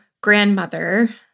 grandmother